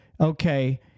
okay